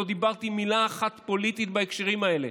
לא דיברתי מילה אחת פוליטית בהקשרים האלה.